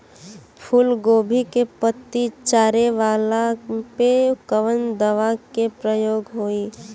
फूलगोभी के पतई चारे वाला पे कवन दवा के प्रयोग होई?